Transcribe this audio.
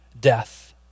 death